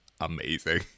amazing